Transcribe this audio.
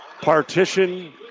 partition